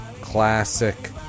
classic